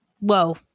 Whoa